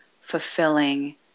fulfilling